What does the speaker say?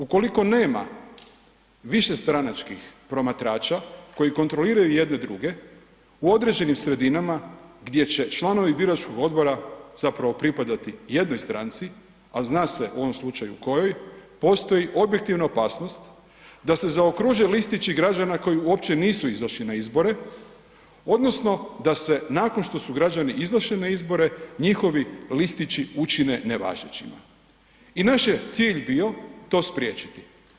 Ukoliko nema višestranačkih promatrača koji kontroliraju jedni druge u određenim sredinama gdje će članovi biračkog odbora zapravo pripadati jednoj stranci, a zna se u ovom slučaju kojoj, postoji objektivna opasnost da se zaokruže listići građana koji uopće nisu izašli na izbore odnosno da se nakon što su građani izašli na izbore, njihovi listići učine nevažećima i naš je cilj bio to spriječiti.